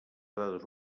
dades